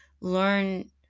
learn